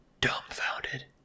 dumbfounded